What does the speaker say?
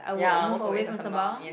ya I'll move away from Sembawang yeah